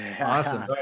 awesome